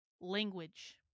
language